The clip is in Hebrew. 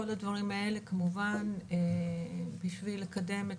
כל הדברים האלה כמובן בשביל לקדם את